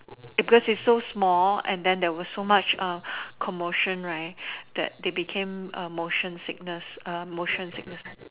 because it is so small and then there was so much commotion right that they became a motion sickness motion sickness